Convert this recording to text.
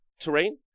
terrain